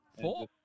Four